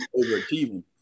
overachieving